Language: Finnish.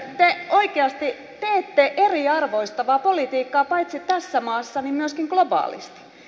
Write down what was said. te oikeasti teette eriarvoistavaa politiikkaa paitsi tässä maassa myöskin globaalisti